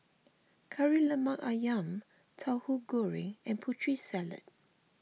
Kari Lemak Ayam Tauhu Goreng and Putri Salad